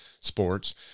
sports